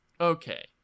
Okay